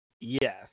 Yes